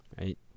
right